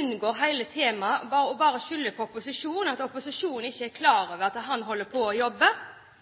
unngår hele temaet og bare skylder på opposisjonen, at opposisjonen ikke er klar over at han holder på å jobbe.